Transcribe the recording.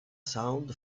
sound